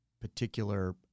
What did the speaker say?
particular